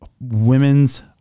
women's